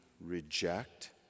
reject